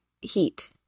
heat